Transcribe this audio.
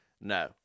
No